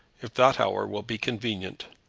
if that hour will be convenient.